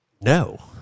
No